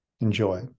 enjoy